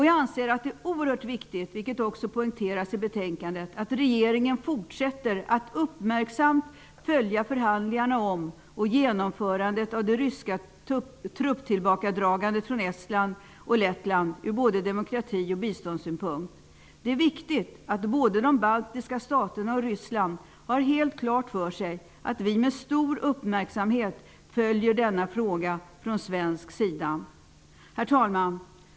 Jag anser att det är oerhört viktigt, vilket också poängteras i betänkandet, att regeringen fortsätter att uppmärksamt följa förhandlingarna om och genomförandet av det ryska trupptillbakadragandet från Estland och Lettland ur både demokrati och biståndssynpunkt. Det är viktigt att både de baltiska staterna och Ryssland har helt klart för sig att vi med stor uppmärksamhet följer denna fråga från svensk sida. Herr talman!